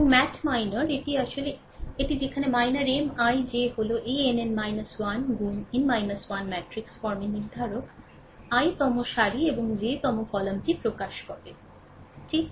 সুতরাং ম্যাট মাইনর এটি আসলে এটিই যেখানে মাইনর M ij হল ann 1 গুন n 1 ম্যাট্রিক্স ফর্মের নির্ধারক i ম সারি এবং jতম কলামটি প্রকাশ করে ঠিক